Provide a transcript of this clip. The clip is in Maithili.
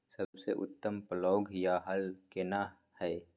सबसे उत्तम पलौघ या हल केना हय?